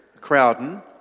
Crowden